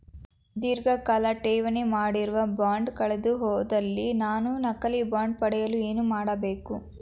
ಧೀರ್ಘಕಾಲ ಠೇವಣಿ ಮಾಡಿರುವ ಬಾಂಡ್ ಕಳೆದುಹೋದಲ್ಲಿ ನಾನು ನಕಲಿ ಬಾಂಡ್ ಪಡೆಯಲು ಏನು ಮಾಡಬೇಕು?